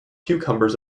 cucumbers